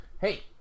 Hey